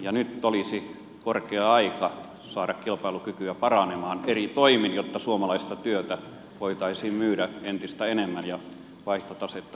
ja nyt olisi korkea aika saada kilpailukykyä paranemaan eri toimin jotta suomalaista työtä voitaisiin myydä entistä enemmän ja vaihtotasetta korjata